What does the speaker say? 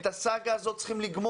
את הסגה הזאת צריך לסיים.